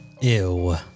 Ew